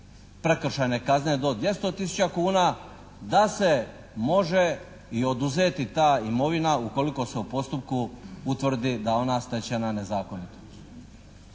prekršajne kazne do 200 tisuća kuna, da se može i oduzeti ta imovina ukoliko se u postupku utvrdi da je ona stečena nezakonito.